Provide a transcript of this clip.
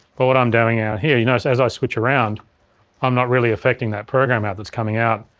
but what i'm doing out here, you notice as i switch around i'm not really affecting that program out that's coming out,